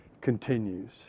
continues